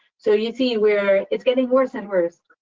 so, you see where it's getting worse and worse,